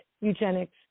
eugenics